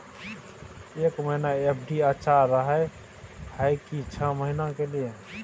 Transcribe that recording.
एक महीना एफ.डी अच्छा रहय हय की छः महीना के लिए?